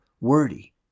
wordy